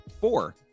four